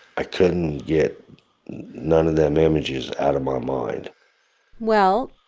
i couldn't get none of them images out of my mind well,